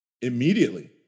immediately